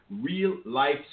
real-life